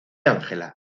ángela